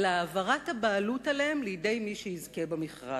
אלא העברת הבעלות עליהם לידי מי שיזכה במכרז.